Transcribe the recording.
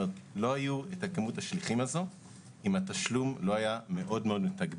לא הייתה את כמות השליחים הזו אם התשלום לא היה מתגמל